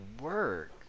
work